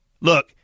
look